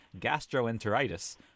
gastroenteritis